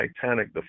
Titanic